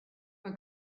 pas